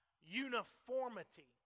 uniformity